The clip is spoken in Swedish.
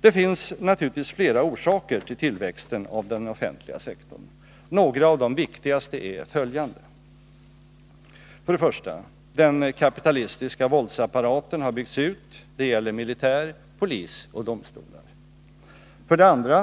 Det finns naturligtvis flera orsaker till tillväxten av den offentliga sektorn. Några av de viktigaste är följande: 1. Den kapitalistiska våldsapparaten har byggts ut. Det gäller militär, polis och domstolar.